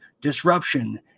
disruption